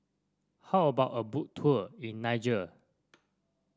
how about a Boat Tour in Niger